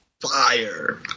Fire